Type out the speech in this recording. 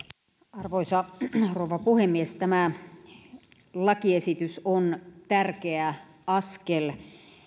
arvoisa rouva puhemies tämä lakiesitys on tärkeä askel